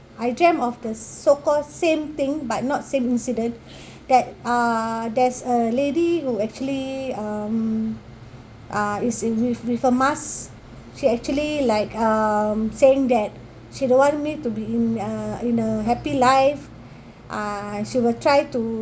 I dreamt of the so called same thing but not same incident that uh there's a lady who actually uh is in with with a mask she actually like um saying that she don't want me to be in uh in a happy life uh she will try to